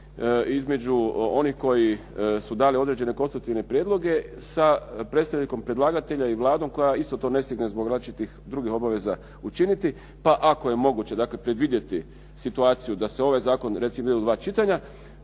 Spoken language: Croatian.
između onih koji su dali određene konstitutivne prijedloge sa predstavnikom predlagatelja i Vladom koja isto to ne stigne zbog različitih drugih obaveza učiniti, pa ako je moguće, dakle predvidjeti situaciju da se ovaj zakon recimo ide u dva čitanja